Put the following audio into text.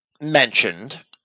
mentioned